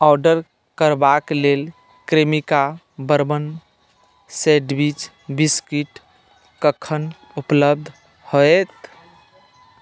order करबाके लेल Cremica bourbon sandwich biscuit कखन उपलब्ध होयत